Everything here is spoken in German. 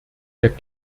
der